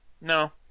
No